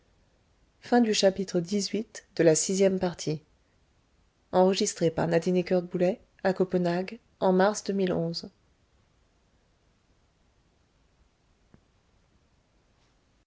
fondirent en masse sur